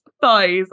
thighs